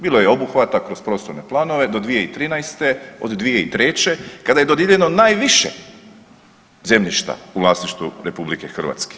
Bilo je obuhvata kroz prostorne planove do 2013., od 2003. kada je dodijeljeno najviše zemljišta u vlasništvu RH.